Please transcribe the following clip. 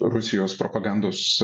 rusijos propagandos